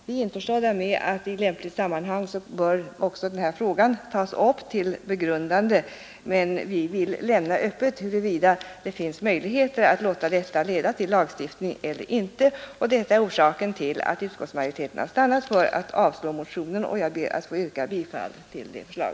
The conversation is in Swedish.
Vi är införstådda med att denna fråga i lämpligt sammanhang bör tas upp till begrundande, men vi vill lämna öppet huruvida det finns möjligheter att låta detta leda till lagstiftning eller inte, och det är orsaken till att utskottsmajoriteten har stannat för att avstyrka bifall till motionen. Jag ber att få yrka bifall till detta förslag.